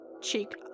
cheek